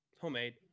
Homemade